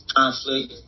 conflict